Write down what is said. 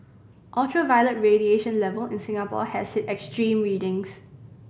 ultraviolet radiation level in Singapore has hit extreme readings